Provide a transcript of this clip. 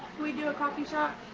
we do a coffee shot?